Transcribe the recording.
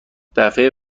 دفعه